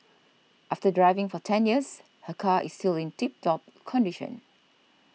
after driving for ten years her car is still in tip top condition